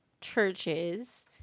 churches